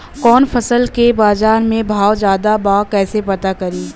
कवना फसल के बाजार में भाव ज्यादा बा कैसे पता करि?